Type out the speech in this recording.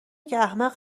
احمق